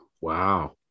Wow